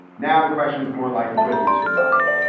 now, the question is more like, will we survive?